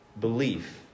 belief